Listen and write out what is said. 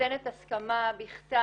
נותנת הסכמה בכתב,